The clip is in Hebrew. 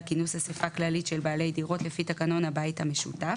כינוס אסיפה כללית של בעלי דירות לפי תקנון הבית המשותף,